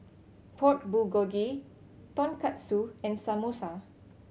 Pork Bulgogi Tonkatsu and Samosa